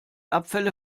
abfälle